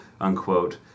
unquote